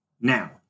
Now